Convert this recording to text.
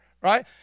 right